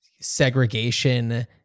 segregation